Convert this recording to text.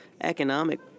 economic